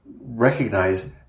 recognize